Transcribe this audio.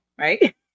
right